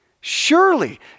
surely